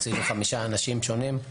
הוא הציל חמישה אנשים שונים.